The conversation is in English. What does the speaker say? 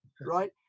right